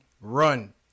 run